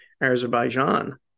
Azerbaijan